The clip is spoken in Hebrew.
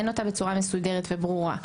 אין אותה בצורה מסודרת וברורה.